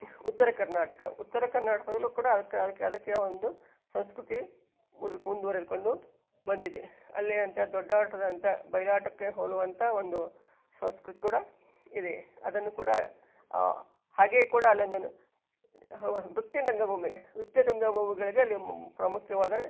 ಉತ್ತರ ಕರ್ನಾಟಕ ಉತ್ತರ ಕರ್ನಾಟಕದಲ್ಲೂ ಕೂಡ ಅದಕ್ಕೆ ಅದಕ್ಕೆ ಅದಕ್ಕೆ ಒಂದು ಸಂಸ್ಕೃತಿ ಮುದ ಮುಂದುವರೆದುಕೊಂಡು ಬಂದಿದೆ ಅಲ್ಲೇ ಅಂತ ದೊಡ್ಡಾಟದಂಥ ಬಯಲಾಟಕ್ಕೆ ಹೋಲುವಂಥ ಒಂದು ಸಂಸ್ಕೃತಿ ಕೂಡ ಇದೆ ಅದನ್ನು ಕೂಡ ಹಾಗೆಯೇ ಕೂಡ ಅಲ್ಲೊಂದೊಂದು ಹ ನೃತ್ಯ ರಂಗಭೂಮಿ ನೃತ್ಯ ರಂಗಭೂಮಿಗಳಿಗೆ ಅಲ್ಲಿ ಪ್ರಮುಖವಾದ